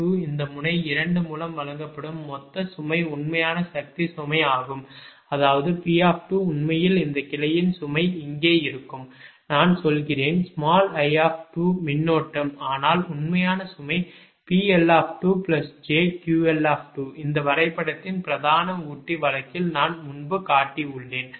P இந்த முனை 2 மூலம் வழங்கப்படும் மொத்த சுமை உண்மையான சக்தி சுமை இருக்கும் அதாவது P உண்மையில் இந்த கிளையின் சுமை இங்கே இருக்கும் நான் சொல்கிறேன் i மின்னோட்டம் ஆனால் உண்மையான சுமை PL2jQL இந்த வரைபடத்தின் பிரதான ஊட்டி வழக்கில் நான் முன்பு காட்டியுள்ளேன்